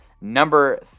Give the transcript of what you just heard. Number